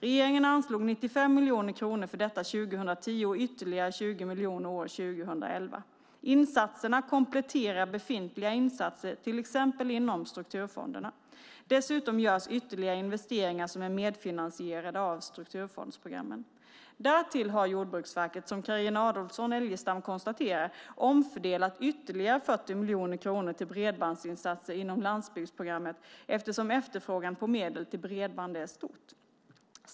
Regeringen anslog 95 miljoner kronor för detta 2010 och ytterligare 20 miljoner år 2011. Insatserna kompletterar befintliga insatser till exempel inom strukturfonderna. Dessutom görs ytterligare investeringar som är medfinansierade av strukturfondsprogrammen. Därtill har Jordbruksverket, som Carina Adolfsson Elgestam konstaterar, omfördelat ytterligare 40 miljoner kronor till bredbandsinsatser inom landsbygdsprogrammet eftersom efterfrågan på medel till bredband är stort.